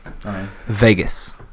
Vegas